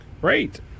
great